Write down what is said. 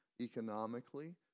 economically